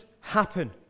happen